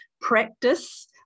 practice